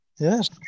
Yes